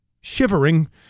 shivering